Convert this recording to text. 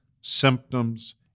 symptoms